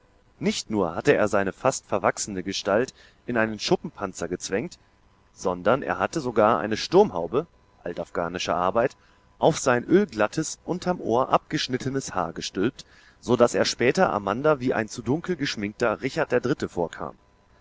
nicht nur hatte er seine fast verwachsene gestalt in einen schuppenpanzer gezwängt sondern er hatte sogar eine sturmhaube altafghanische arbeit auf sein ölglattes unterm ohr abgeschnittenes haar gestülpt so daß er später amanda wie ein zu dunkel geschminkter richard der dritte vorkam